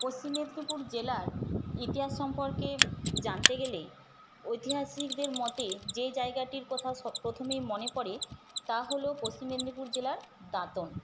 পশ্চিম মেদিনীপুর জেলার ইতিহাস সম্পর্কে জানতে গেলে ঐতিহাসিকদের মতে যে জায়গাটির কথা সব প্রথমেই মনে পড়ে তা হল পশ্চিম মেদিনীপুর জেলার দাঁতন